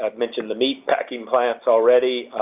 um mentioned the meat packing plants already,